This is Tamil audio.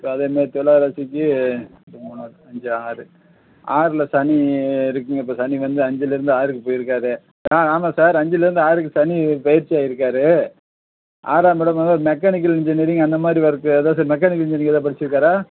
ஸோ அதே மாதிரி துலாம் ராசிக்கு மூணு அஞ்சு ஆறு ஆறில் சனி இருக்குதுங்க இப்போ சனி வந்து அஞ்சுலிருந்து ஆறுக்கு போயிருக்காரு ஆ ஆமாம் சார் அஞ்சுலிருந்து ஆறுக்கு சனிப் பெயர்ச்சி ஆகிருக்காரு ஆறாம் இடமாக மெக்கானிக்கல் இன்ஜினியரிங் அந்த மாதிரி வருது அதுதான் சார் மெக்கானிக்கல் இன்ஜினியரிங் எதாவது படிச்சுருக்காரா